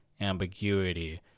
ambiguity